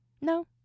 No